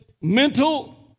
mental